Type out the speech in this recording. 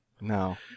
No